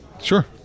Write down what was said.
Sure